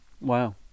Wow